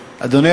כבל,